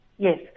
Yes